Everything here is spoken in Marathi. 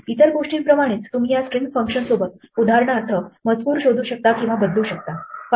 इतर गोष्टींप्रमाणेच तुम्ही या स्ट्रिंग फंक्शन्स सोबत उदाहरणार्थ मजकूर शोधू शकता किंवा शोधू शकता किंवा बदलू शकता